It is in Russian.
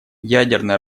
ядерное